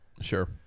Sure